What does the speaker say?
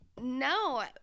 No